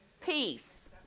peace